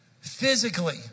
physically